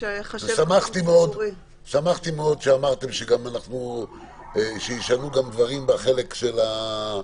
שמחתי מאוד שאמרתם שישנו גם דברים בחלק הזה,